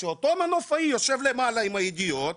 שאותו מנופאי יושב למעלה עם האידיוט,